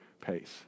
pace